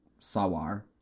Sawar